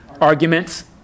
Arguments